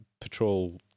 patrol